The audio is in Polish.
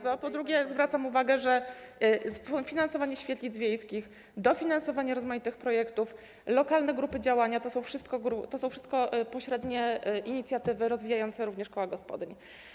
Zwracam uwagę, że finansowanie świetlic wiejskich, dofinansowanie rozmaitych projektów, lokalne grupy działania to są wszystko pośrednie inicjatywy rozwijające również koła gospodyń.